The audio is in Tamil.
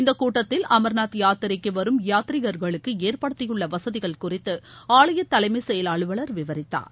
இந்த கூட்டத்தில் அமர்நாத் யாத்திரைக்கு வரும் யாத்ரீகர்களுக்கு ஏற்படுத்தியுள்ள வசதிகள் குறித்து ஆலய தலைமை செயல் அலுவலர் விவரித்தார்